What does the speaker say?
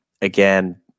again